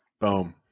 Boom